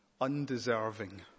undeserving